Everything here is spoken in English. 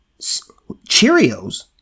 Cheerios